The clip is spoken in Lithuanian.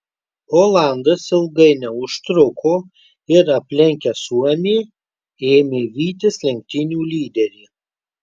olandas ilgai neužtruko ir aplenkęs suomį ėmė vytis lenktynių lyderį